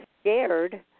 scared